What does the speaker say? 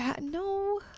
No